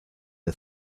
the